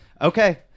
Okay